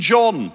John